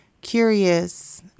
curious